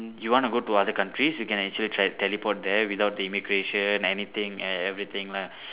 you want to go to other countries you can actually tra~ teleport there without the immigration anything and everything lah